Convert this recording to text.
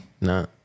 No